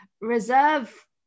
reserve